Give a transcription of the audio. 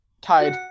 Tied